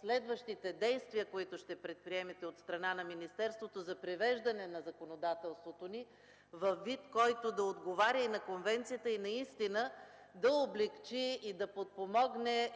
следващите действия, които ще предприемете от страна на министерството за привеждане на законодателството ни във вид, който да отговаря и на конвенцията и наистина да облекчи и подпомогне